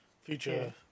future